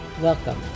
Welcome